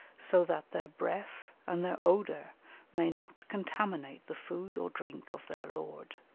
so that their breath and their odour may not contaminate the food or drink of their lord.